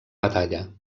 batalla